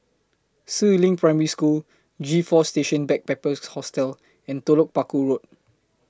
Si Ling Primary School G four Station Backpackers Hostel and Telok Paku Road